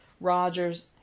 Rogers